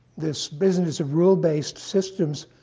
this business of rule-based systems,